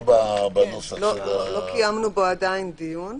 לא קיימנו בו עדיין דיון.